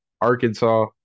Arkansas